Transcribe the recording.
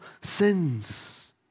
sins